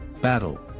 Battle